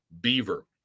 Beaver